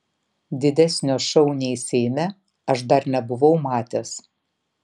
didesnio šou nei seime aš dar nebuvau matęs